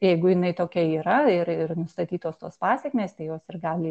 jeigu jinai tokia yra ir ir nustatytos tos pasekmės tai jos ir gali